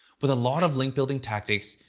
with a lot of link building tactics,